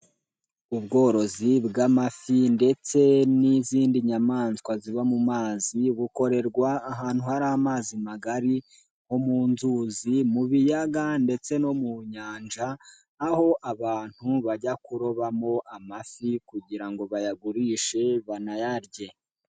Ubworozi bw'amafi ndetse n'izindi nyamaswa ziba mu mazi, bukorerwa ahantu hari amazi magari nko mu nzuzi, mu biyaga ndetse no mu nyanja, aho abantu bajya kurobamo amafi kugira ngo bayagurishe banayarye.